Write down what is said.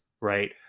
right